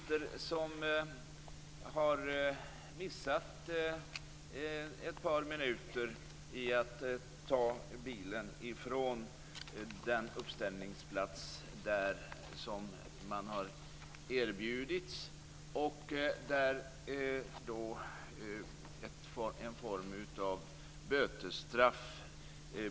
När en bilist med ett par minuter har missat att forsla bilen ifrån den uppställningsplats som man har erbjudits blir resultatet en form av ett bötesstraff.